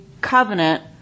covenant